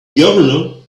governor